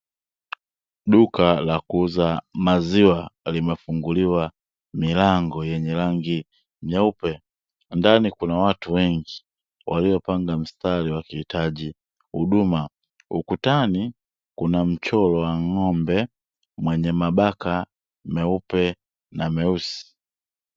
Duka la kuuza maziwa limefunguliwa milango yenye rangi nyeupe, ndani kuna watu wengi waliopamga mstari wakihitaji huduma, ukutani kuna mchoro wa ng'ombe mwenye mabaka meupe na meusi.